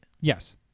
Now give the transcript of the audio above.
Yes